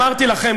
אמרתי לכם,